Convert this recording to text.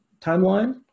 timeline